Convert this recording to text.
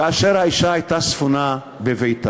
כאשר האישה הייתה ספונה בביתה.